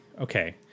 okay